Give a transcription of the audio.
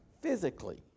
physically